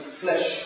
flesh